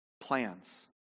plans